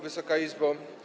Wysoka Izbo!